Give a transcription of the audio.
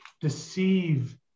deceive